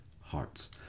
hearts